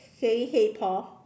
saying hey Paul